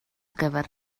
gyfer